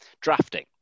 Drafting